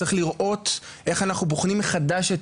צריך לראות איך אנחנו בוחנים מחדש את